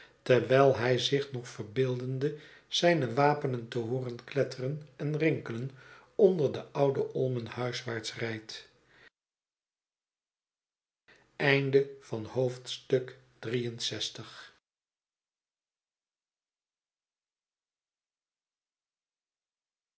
terwijl hij zich nog verbeeldende zijne wapenen te hooren kletteren en rinkelen onder de oude olmen huiswaarts rjjdt